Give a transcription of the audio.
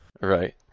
Right